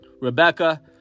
Rebecca